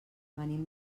venim